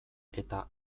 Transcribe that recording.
eta